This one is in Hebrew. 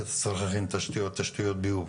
כי צריך להכין תשתיות ביוב,